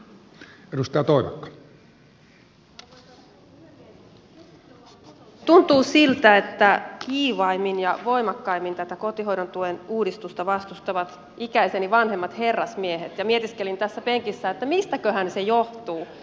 kun tätä keskustelua on kuunnellut niin tuntuu siltä että kiivaimmin ja voimakkaimmin tätä kotihoidon tuen uudistusta vastustavat ikäiseni vanhemmat herrasmiehet ja mietiskelin tässä penkissä että mistäköhän se johtuu